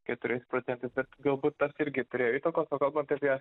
keturiais procentais ir galbūt tas irgi turėjo įtakos kalbant apie